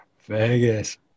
Vegas